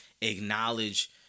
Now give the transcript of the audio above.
acknowledge